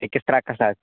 أکِس ترٛکَس حظ